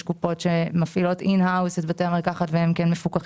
יש קופות שמפעילות inhouse את בתי המרקחת והן כן מפוקחות,